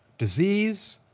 disease,